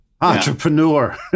Entrepreneur